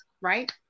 right